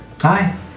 Hi